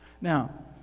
Now